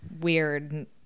weird